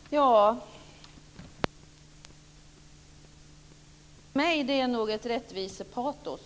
Fru talman! Det som driver mig är nog ett rättvisepatos.